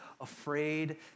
afraid